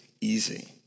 easy